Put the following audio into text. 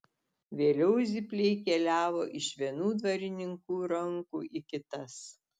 vėliau zypliai keliavo iš vienų dvarininkų rankų į kitas